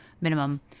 minimum